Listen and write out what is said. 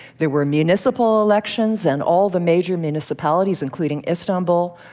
there were municipal elections and all the major municipalities, including istanbul,